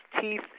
teeth